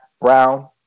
brown